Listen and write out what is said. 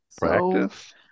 Practice